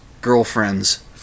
girlfriend's